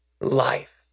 life